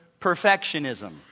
perfectionism